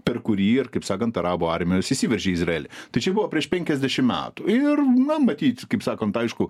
per kurį ir kaip sakant arabų armijos įsiveržė į izraelį tai čia buvo prieš penkiasdešimt metų ir na matyt kaip sakont aišku